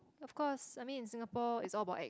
of course I mean in Singapore it's all about act